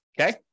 okay